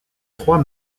trois